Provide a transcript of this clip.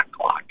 clock